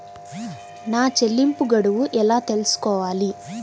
నా చెల్లింపు గడువు ఎలా తెలుసుకోవాలి?